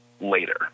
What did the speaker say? later